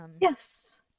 yes